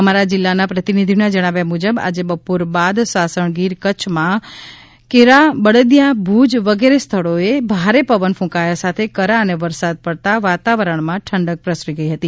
અમારા જિલ્લા પ્રતિનિધિઓનાં જણાવ્યા મુજબ આજે બપોર બાદ સાસણગીર કચ્છમાં કેરા બળદિયા ભૂજ વગેરે સ્થળોએ ભારે પવન કુંકાયા સાથે કરા અને વરસાદ પડતાં વાતાવરણમાં ઠંડક પ્રસરી ગઈ હતી